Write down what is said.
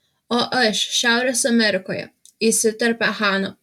o aš šiaurės amerikoje įsiterpia hana